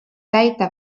täita